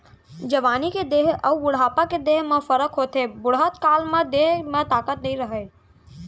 जवानी के देंह अउ बुढ़ापा के देंह म फरक होथे, बुड़हत काल म देंह म ताकत नइ रहय